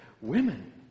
women